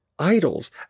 idols